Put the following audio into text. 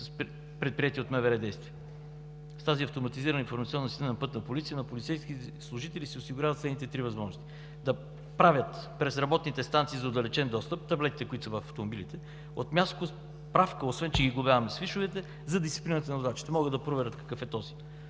предприети от МВР действия. С тази автоматизирана информационна система на „Пътна полиция“ на полицейските служители се осигуряват следните три възможности: - да правят през работните станции за отдалечен достъп – таблетите, които са в автомобилите, от място справка, освен че ги глобяваме с фишовете за дисциплината на водачите могат да проверят какъв е този;